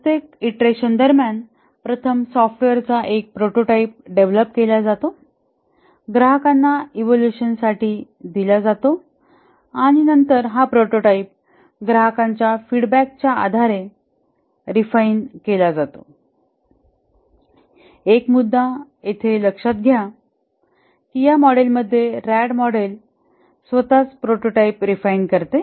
प्रत्येक इटरेशन दरम्यान प्रथम सॉफ्टवेअरचा एक प्रोटोटाइप डेव्हलप केला जातो ग्राहकांना इवोल्युशन साठी दिला जातो आणि नंतर हा प्रोटोटायप ग्राहकांच्या फीडबॅकाच्या आधारे रिफाइन केला जातो एक मुद्दा येथे लक्षात घ्या की या मॉडेलमध्ये रॅड मॉडेल स्वतःच प्रोटोटाइप रिफाइन करते